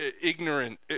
ignorant